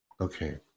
Okay